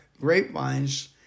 grapevines